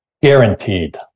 Guaranteed